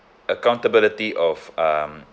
accountability of um